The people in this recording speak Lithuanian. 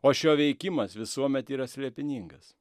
o šio veikimas visuomet yra slėpiningas